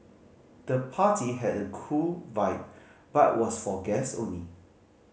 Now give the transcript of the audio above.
the party had a cool vibe but was for guests only